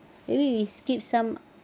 maybe we skip some